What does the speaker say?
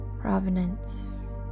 provenance